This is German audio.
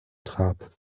trab